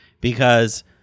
because-